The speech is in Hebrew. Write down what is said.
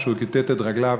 כשהוא כיתת את רגליו,